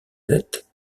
tête